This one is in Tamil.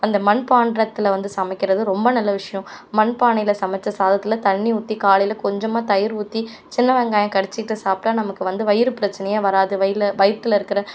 அந்த மண்பாண்டத்தில் வந்து சமைக்கிறது ரொம்ப நல்ல விஷயம் மண்பானையில் சமைத்த சாதத்தில் தண்ணி ஊற்றி காலையில் கொஞ்சமாக தயிர் ஊற்றி சின்ன வெங்காயம் கடிச்சுக்கிட்டு சாப்பிட்டா நமக்கு வந்து வயிறு பிரச்சனையே வராது வயில வயிற்றுல இருக்கிற